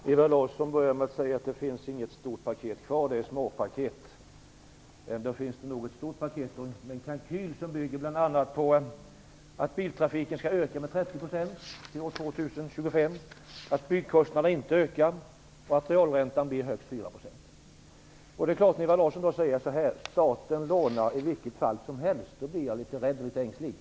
Herr talman! Ewa Larsson började med att säga att det inte längre finns något stort paket kvar, det finns bara småpaket. Men det finns nog ändå ett stort paket med en kalkyl som bl.a. bygger på att biltrafiken skall öka med 30 % till år 2025, att byggkostnaderna inte skall öka och att realräntan blir högst 4 %. När Ewa Larsson säger att staten lånar i vilket fall som helst blir jag litet rädd och ängslig.